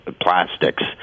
plastics